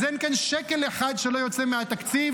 אז אין כאן שקל אחד שלא יוצא מהתקציב,